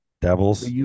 Devils